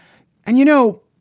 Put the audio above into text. and you know,